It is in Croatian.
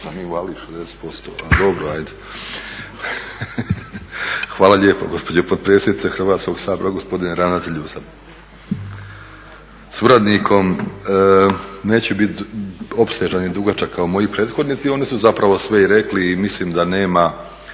Hvala lijepo gospođo potpredsjednice Hrvatskog sabora. Gospodine ravnatelju sa suradnikom. Neću biti opsežan i dugačak kao moji prethodnici, oni su zapravo sve i rekli i mislim da nema